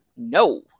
No